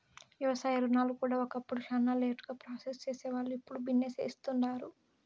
వ్యవసాయ రుణాలు కూడా ఒకప్పుడు శానా లేటుగా ప్రాసెస్ సేసేవాల్లు, ఇప్పుడు బిన్నే ఇస్తుండారు